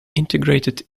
integrated